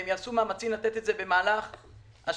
הם יעשו מאמצים לתת את זה במהלך השבוע.